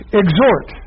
exhort